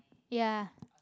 ya